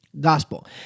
gospel